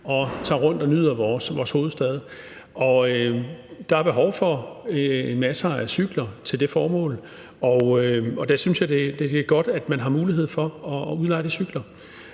og tager rundt og nyder vores hovedstad, og der er behov for masser af cykler til det formål. Og der synes jeg, det er godt, at man har mulighed for at udleje de cykler.